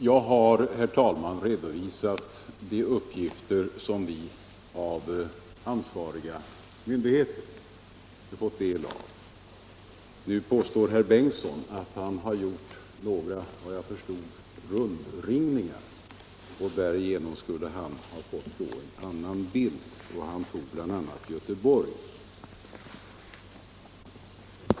Herr talman! Jag har redovisat de uppgifter som lämnats av ansvariga myndigheter. Herr Bengtsson i Göteborg har såvitt jag förstår gjort några rundringningar och därvid fått en annan bild av läget. Han tog bl.a. förhållandena i Göteborg som exempel.